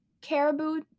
caribou